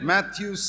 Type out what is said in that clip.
Matthew